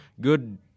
Good